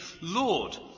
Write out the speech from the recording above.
Lord